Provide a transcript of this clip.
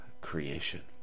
creation